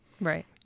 Right